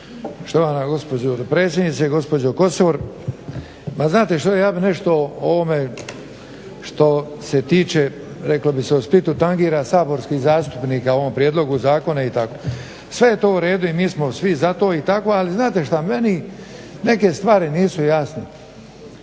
Štovana gospođo dopredsjednice, gospođo Kosor. Ma znate što, ja bih nešto o ovome što se tiče reklo bi se u Splitu tangira saborskih zastupnika o ovom prijedlogu zakona i tako. Sve je to u redu i mi smo svi za to i tako. Ali znate šta? Meni neke stvari nisu jasne.